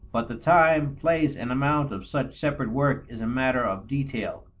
but the time, place, and amount of such separate work is a matter of detail,